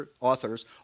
authors